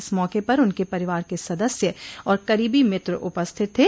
इस मौके पर उनके परिवार के सदस्य और करीबी मित्र उपस्थित थे